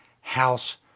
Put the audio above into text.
house